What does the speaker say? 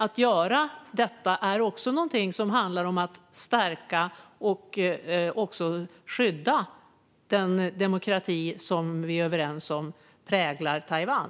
Att göra detta handlar också om att stärka och skydda den demokrati som vi är överens om präglar Taiwan.